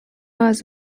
was